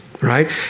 Right